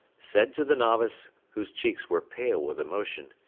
said to the novice, whose cheeks were pale with emotion,